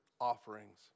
offerings